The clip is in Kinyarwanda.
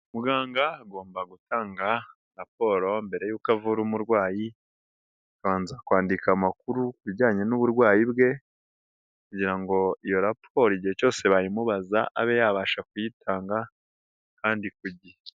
Muganga agomba gutanga raporo, mbere y'uko avura umurwayi a abanza kwandika amakuru ku bijyanye n'uburwayi bwe kugira ngo iyo raporo igihe cyose bayimubaza abe yabasha kuyitanga kandi ku gihe.